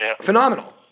phenomenal